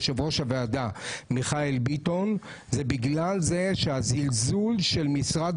יושב-ראש ועדת הכלכלה מיכאל ביטון זה בגלל הזלזול של משרד